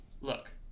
look